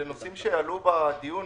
אלו נושאים שעלו בדיון.